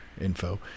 info